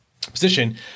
position